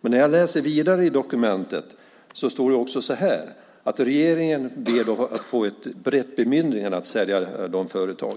Men när jag läser vidare i dokumentet läser jag också att regeringen ber att få ett brett bemyndigande att sälja de företag